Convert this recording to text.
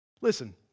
Listen